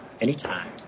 anytime